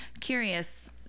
curious